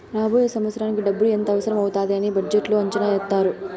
రాబోయే సంవత్సరానికి డబ్బులు ఎంత అవసరం అవుతాది అని బడ్జెట్లో అంచనా ఏత్తారు